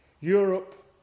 Europe